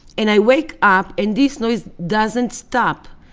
and i wake up and this noise doesn't stop.